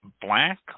black